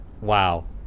wow